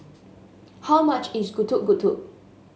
how much is Getuk Getuk